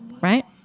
Right